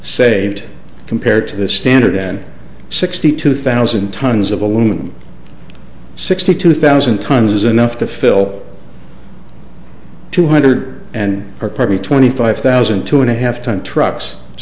saved compared to the standard and sixty two thousand tons of aluminum sixty two thousand tons is enough to fill two hundred and or probably twenty five thousand two and a half ton trucks it's